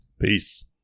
Peace